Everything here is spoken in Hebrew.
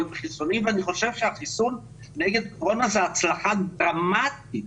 בחיסונים ואני חושב שהחיסון נגד קורונה זו הצלחה דרמטית,